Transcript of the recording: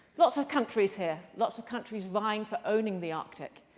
lots of countries here. lots of countries vying for owning the arctic.